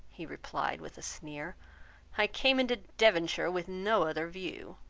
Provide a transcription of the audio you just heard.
he replied, with a sneer i came into devonshire with no other view.